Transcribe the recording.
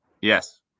Yes